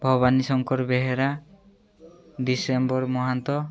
Bhabani Shankar Behera December Mahanta